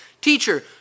Teacher